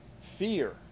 fear